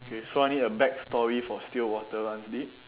so I need a back story for still water runs deep